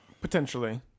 Potentially